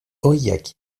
aurillac